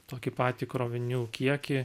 tokį patį krovinių kiekį